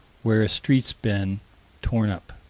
where a street's been torn up.